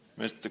Mr